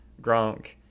Gronk